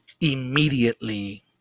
immediately